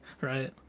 Right